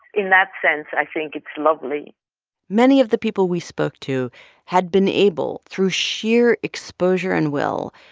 in that sense, i think it's lovely many of the people we spoke to had been able, through sheer exposure and will,